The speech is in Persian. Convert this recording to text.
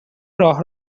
راه